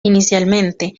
inicialmente